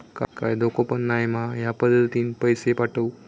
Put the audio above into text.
काय धोको पन नाय मा ह्या पद्धतीनं पैसे पाठउक?